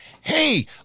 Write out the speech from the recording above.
hey